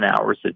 hours